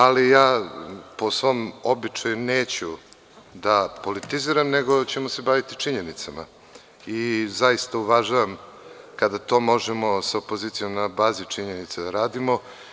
Ali, po svom običaju neću da politiziram, nego ćemo se baviti činjenicama, i zaista uvažavam kada to možemo sa opozicijom na bazi činjenica da radimo.